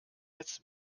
jetzt